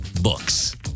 Books